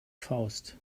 faust